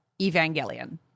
Evangelion